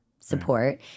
support